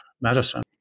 medicine